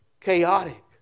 chaotic